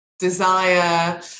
desire